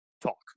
talk